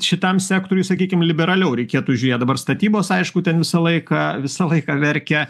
šitam sektoriui sakykim liberaliau reikėtų žiūrėt dabar statybos aišku ten visą laiką visą laiką verkia